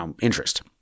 interest